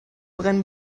brennen